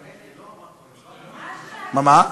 תוותר.